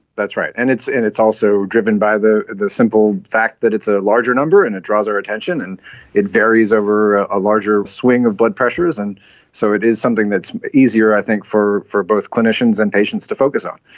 that's right, and it's and it's also driven by the the simple fact that it's a larger number and it draws our attention, and it varies over a larger swing of blood pressures, so it is something that's easier i think for for both clinicians and patients to focus on.